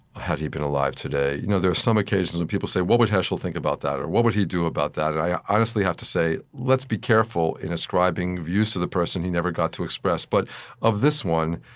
had he been alive today. you know there are some occasions when people say, what would heschel think about that? or what would he do about that? and i honestly have to say, let's be careful in ascribing views to the person he never got to express. but of this one,